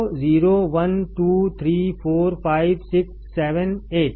तो 0 1 2 3 4 5 6 7 8